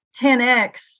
10x